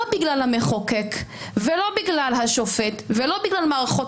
לא בגלל המחוקק ולא בגלל השופט ולא בגלל מערכות